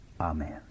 Amen